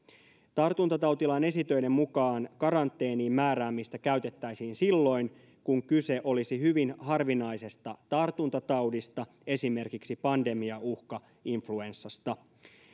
tartuntatautilain esitöiden mukaan karanteeniin määräämistä käytettäisiin silloin kun kyse olisi hyvin harvinaisesta tartuntataudista esimerkiksi pandemiauhka influenssasta